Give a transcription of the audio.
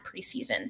preseason